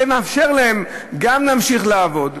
זה מאפשר להם גם להמשיך לעבוד,